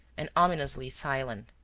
and ominously silent.